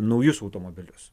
naujus automobilius